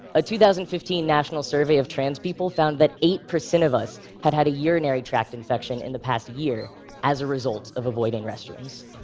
a two thousand and fifteen national survey of trans people found that eight percent of us had had a urinary tract infection in the past year as a result of avoiding restrooms.